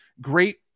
Great